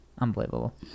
unbelievable